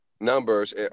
numbers